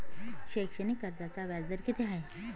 शैक्षणिक कर्जाचा व्याजदर किती आहे?